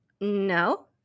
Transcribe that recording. No